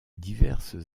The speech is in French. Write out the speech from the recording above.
diverses